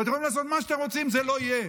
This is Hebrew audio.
ואתם יכולים לעשות מה שאתם רוצים, זה לא יהיה.